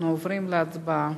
אנחנו עוברים להצבעה.